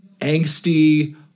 angsty